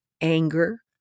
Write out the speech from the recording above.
anger